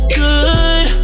good